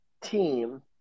team